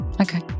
Okay